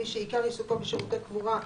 מי שעיקר עיסוקו בשירותי קבורה,